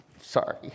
sorry